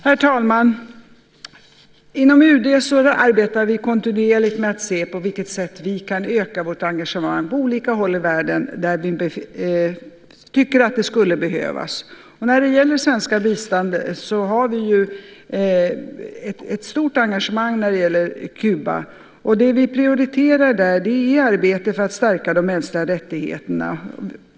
Herr talman! Inom UD arbetar vi kontinuerligt med att se på vilket sätt vi kan öka vårt engagemang på olika håll i världen där vi tycker att det skulle behövas. När det gäller det svenska biståndet har vi ett stort engagemang i Kuba. Det vi prioriterar där är ett arbete för att stärka de mänskliga rättigheterna.